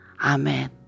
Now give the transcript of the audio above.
Amen